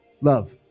love